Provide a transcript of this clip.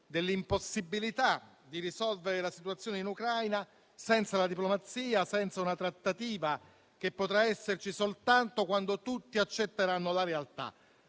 dell'impossibilità di risolvere la situazione in Ucraina senza la diplomazia, senza una trattativa che potrà esserci soltanto quando tutti accetteranno la realtà.